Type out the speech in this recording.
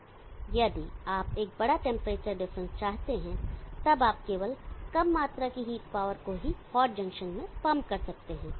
यदि आप एक बड़ा टेंपरेचर डिफरेंस चाहते हैं तब आप केवल कम मात्रा की हीट पावर को ही हॉट जंक्शन में पंप कर सकते हैं